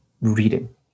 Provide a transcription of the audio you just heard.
reading